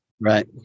right